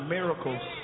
Miracles